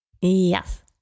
Yes